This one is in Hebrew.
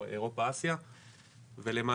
או "אירופה אסיה" ולמעשה,